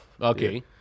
Okay